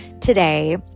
today